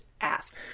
ask